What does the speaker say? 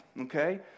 Okay